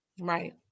Right